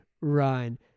run